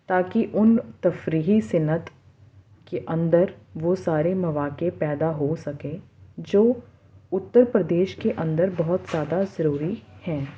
تا کہ ان تفریحی صنعت کے اندر وہ سارے مواقع پیدا ہو سکے جو اُتّرپردیش کے اندر بہت زیادہ ضروری ہے